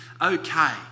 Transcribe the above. okay